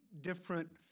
different